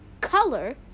color